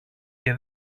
και